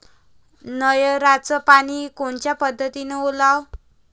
नयराचं पानी कोनच्या पद्धतीनं ओलाव?